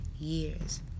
years